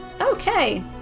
Okay